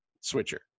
switcher